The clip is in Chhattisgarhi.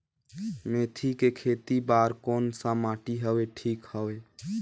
मेथी के खेती बार कोन सा माटी हवे ठीक हवे?